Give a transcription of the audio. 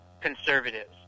Conservatives